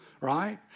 right